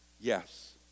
yes